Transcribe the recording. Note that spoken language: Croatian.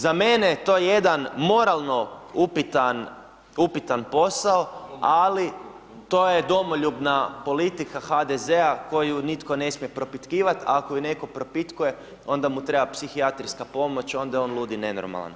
Za mene je to jedan moralno upitan posao, ali to je domoljubna politika HDZ-a koju nitko ne smije propitkivat, ako ju netko propitkuje, onda mu treba psihijatrijska pomoć, onda je on lud i nenormalan.